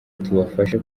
tubafashe